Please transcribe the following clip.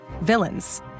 villains